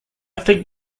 think